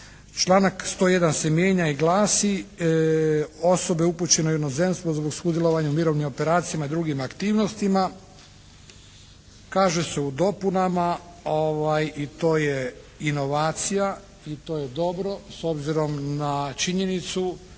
"Članak 101. se mijenja i glasi: Osobe upućeno u inozemstvo zbog sudjelovanja u mirovnim operacijama i drugim aktivnostima" kaže se u dopunama i to je inovacija i to je dobro s obzirom na činjenicu